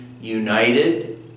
united